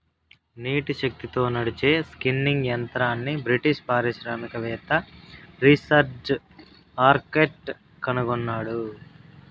నీటి శక్తితో నడిచే స్పిన్నింగ్ యంత్రంని బ్రిటిష్ పారిశ్రామికవేత్త రిచర్డ్ ఆర్క్రైట్ కనుగొన్నాడు